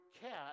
cat